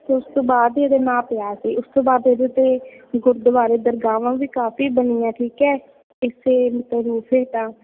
ਉਸ ਤੋਂ ਬਾਅਦ ਹੀ ਇਹਦਾ ਨਾਂ ਪਿਆ ਸੀ ਉਸ ਤੋਂ ਬਾਅਦ ਇਹਦੇ 'ਤੇ ਗੁਰਦਵਾਰੇ ਦਰਗਾਹਾਂ ਵੀ ਕਾਫ਼ੀ ਬਣੀਆਂ ਠੀਕ ਹੈ ਇਸ ਮਤਲਬ ਰੂਪ ਭੇਟਾ